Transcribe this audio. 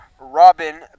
Robin